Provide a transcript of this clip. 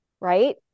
right